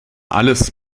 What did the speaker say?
alles